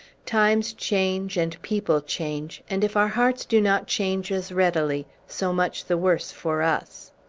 times change, and people change and if our hearts do not change as readily, so much the worse for us.